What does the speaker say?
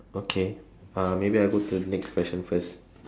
okay uh maybe I go to the next question first